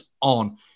on